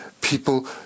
people